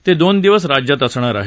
ते दोन दिवस राज्यात असणार आहेत